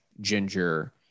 Ginger